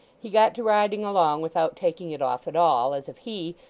he got to riding along without taking it off at all as if he,